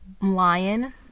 Lion